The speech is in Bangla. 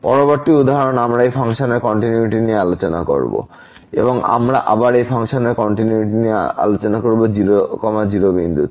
পরবর্তী উদাহরণ আমরা এই ফাংশনের কন্টিনিউয়াস নিয়ে আলোচনা করব fxysin x2y2 x2y2xy≠00 0xy00 এবং আমরা আবার এই ফাংশনের কন্টিনিউইটি নিয়ে আলোচনা করব 0 0এই বিন্দুতে